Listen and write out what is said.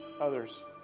Others